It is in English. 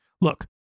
Look